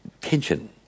tension